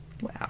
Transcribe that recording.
Wow